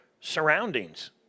surroundings